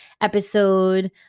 episode